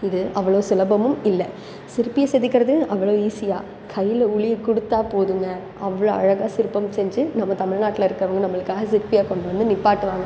இது அவ்வளவு சுலபமும் இல்லை சிற்பியை செதுக்குவது அவ்வளவு ஈஸியாக கையில் உளியை கொடுத்தா போதும்ங்க அவ்வளோ அழகாக சிற்பம் செஞ்சு நம்ம தமிழ்நாட்டில் இருக்கவங்க நம்மளுக்காக சிற்பியை கொண்டு வந்து நிற்பாட்டுவாங்க